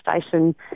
station